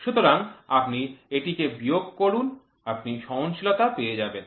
সুতরাং আপনি এটিকে বিয়োগ করুন আপনি সহনশীলতা পেয়ে যাবেন